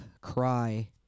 cry